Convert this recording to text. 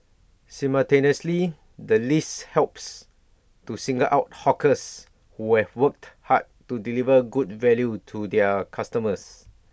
simultaneously the list helps to single out hawkers who have worked hard to deliver good value to their customers